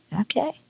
Okay